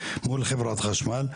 מול חברת חשמל,